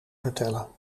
vertellen